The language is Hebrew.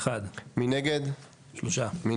הצבעה בעד, 1 נגד, 3 נמנעים,